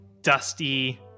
dusty